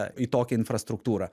į tokią infrastruktūrą